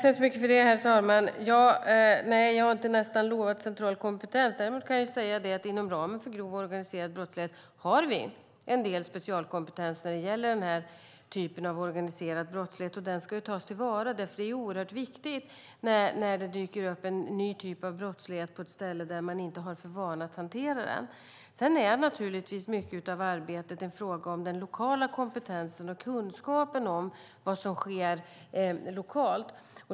Herr talman! Jag har inte nästan lovat central kompetens. Däremot kan jag säga att vi har en del specialkompetens inom ramen för grov organiserad brottslighet. Den ska tas till vara. Det är viktigt när det dyker upp en ny typ av brottslighet på ett ställe där man inte är van att hantera den. Mycket av arbetet handlar naturligtvis om lokal kompetens och kunskap om vad som sker lokalt.